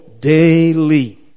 daily